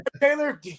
Taylor